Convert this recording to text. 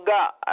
God